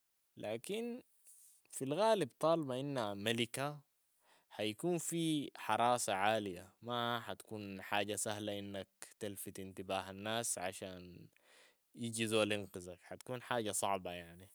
لكن في الغالب طالما إنها ملكة حيكون في حراسة عالية، ما حتكون حاجة سهلة إنك تلفت انتباه الناس عشان يجي زول ينقذك حتكون حاجة صعبة يعني.